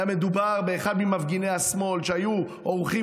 היה מדובר באחד ממפגיני השמאל שהיו עורכים